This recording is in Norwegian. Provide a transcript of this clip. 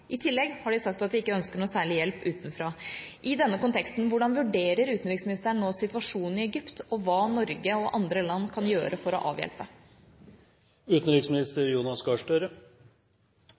I tillegg har de sagt at de ikke ønsker noe særlig hjelp utenfra. I denne konteksten: Hvordan vurderer utenriksministeren situasjonen i Egypt nå og hva Norge og andre land kan gjøre for å